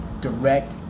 direct